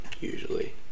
usually